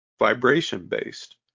vibration-based